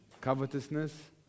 Covetousness